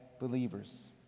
believers